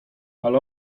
ale